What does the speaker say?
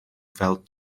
fel